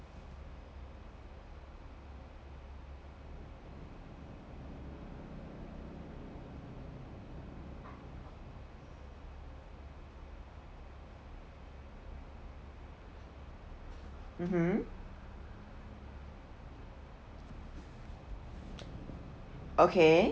mmhmm okay